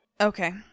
Okay